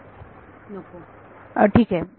विद्यार्थी नको ठीक आहे